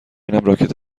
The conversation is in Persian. راکت